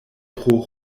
pro